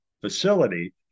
facility